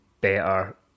better